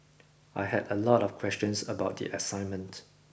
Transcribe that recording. I had a lot of questions about the assignment